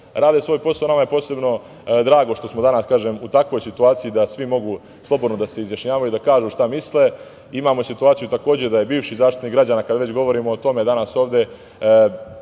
Rade svoj posao. Nama je posebno drago što smo danas u takvoj situaciji da svi mogu slobodno da se izjašnjavaju, da kažu šta misle. Imamo situaciju takođe da je bivši Zaštitnik građana, kada već govorimo o tome danas ovde,